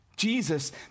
Jesus